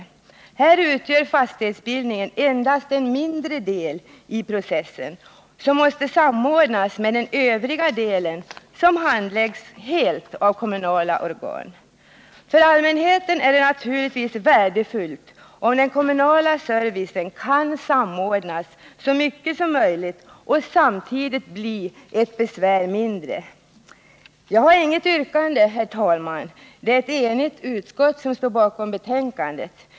Här utgör fastighetsbildningen endast en mindre del i processen som måste samordnas med den övriga delen och som handläggs helt av kommunala organ. För allmänheten är det naturligtvis värdefullt om den kommunala servicen kan samordnas så mycket som möjligt och samtidigt bli ett besvär mindre. Jag har inget yrkande, herr talman; det är ett enigt utskott som står bakom betänkandet.